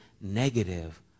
negative